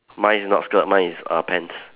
mine is not skirt mine is err pants